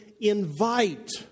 invite